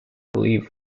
believe